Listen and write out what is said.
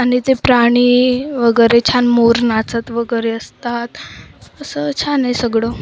आणि ते प्राणी वगैरे छान मोर नाचत वगैरे असतात असं छान आहे सगळं